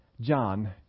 John